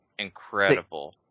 Incredible